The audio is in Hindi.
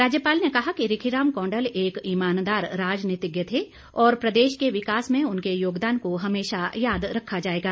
राज्यपाल ने कहा कि रिखीराम कौंडल एक ईमानदार राजनीतिज्ञ थे और प्रदेश के विकास में उनके योगदान को हमेशा याद रखा जाएगा